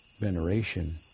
veneration